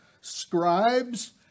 scribes